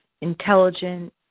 intelligent